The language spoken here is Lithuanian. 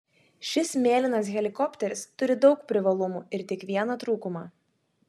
šis mėlynas helikopteris turi daug privalumų ir tik vieną trūkumą